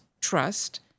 trust